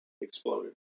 exploded